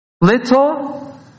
little